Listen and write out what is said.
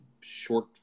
short